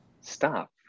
stop